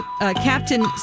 Captain